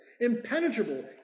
impenetrable